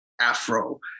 afro